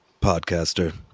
podcaster